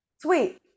Sweet